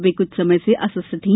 वे कुछ समय से अस्वस्थ थी